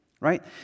right